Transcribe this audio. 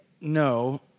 no